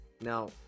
now